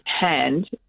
hand